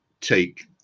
take